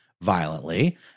violently